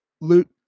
loot